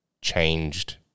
changed